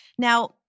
Now